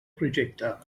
projecte